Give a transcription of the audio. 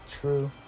True